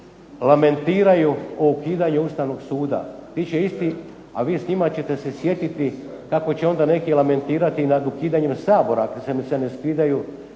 lamentiraju o ukidanju Ustavnog suda. Bit će isti, a vi s njima ćete se sjetiti kako će onda neki lamentirati nad ukidanjem SAbora ako im se ne sviđaju